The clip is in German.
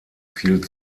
viel